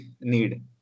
need